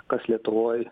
kas lietuvoj